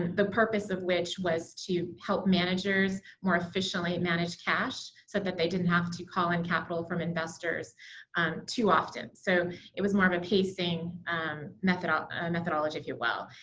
the purpose of which was to help managers more efficiently manage cash so that they didn't have to call in capital from investors too often. so it was more of a pacing methodology, and if you will.